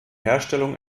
herstellung